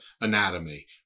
anatomy